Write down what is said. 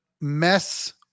mess